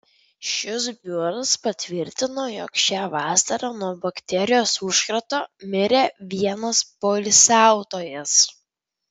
šis biuras patvirtino jog šią vasarą nuo bakterijos užkrato mirė vienas poilsiautojas